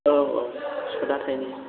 औ औ सुतआ थाइनै